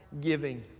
giving